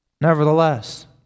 Nevertheless